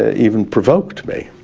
ah even provoked me.